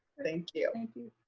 thank you. thank you,